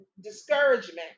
discouragement